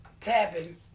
Tapping